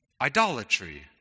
idolatry